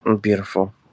Beautiful